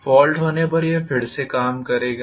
fault होने पर यह फिर से काम करेगा